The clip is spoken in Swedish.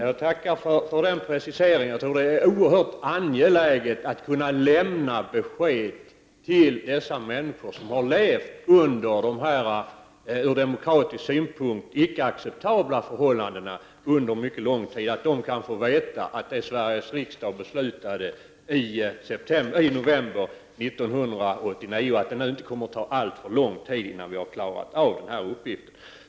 Herr talman! Jag tackar för den preciseringen. Det är oerhört angeläget att kunna lämna besked till de människor som har levt under dessa, från demokratiska synpunkter, icke acceptabla förhållanden under en mycket lång tid. Det är bra att de får veta att det inte kommer att ta alltför lång tid att genomföra det som Sveriges riksdag beslutade i november 1989.